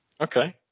Okay